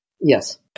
Yes